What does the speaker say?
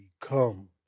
become